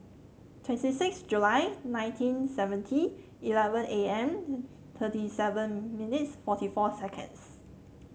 twenty six July nineteen seventy eleven A M thirty seven minutes forty four seconds